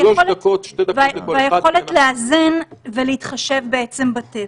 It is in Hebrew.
והיכולת לאזן ולהתחשב בטבע,